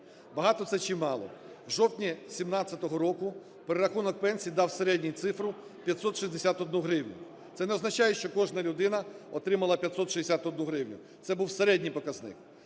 Багато це чи мало? В жовтні 17-го року перерахунок пенсій дав середню цифру 561 гривню. Це не означає, що кожна людина отримала 561 гривню, це був середній показник,